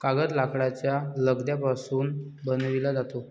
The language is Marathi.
कागद लाकडाच्या लगद्यापासून बनविला जातो